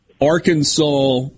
Arkansas